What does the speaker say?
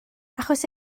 achos